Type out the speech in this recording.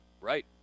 Right